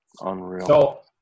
Unreal